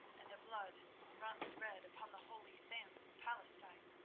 and the blood runs red upon the holy sands of palestine?